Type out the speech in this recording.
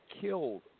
killed